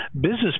Business